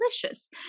delicious